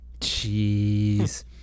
Jeez